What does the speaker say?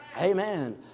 amen